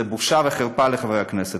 זאת בושה וחרפה לחברי הכנסת.